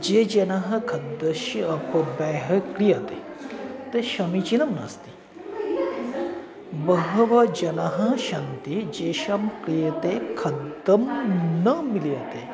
ये जनाः खाद्यस्य अपव्ययः क्रियते ते समीचीनं नास्ति बहवः जनाः सन्ति तेषां क्रियते खाद्यं न मिलति